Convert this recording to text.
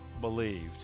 believed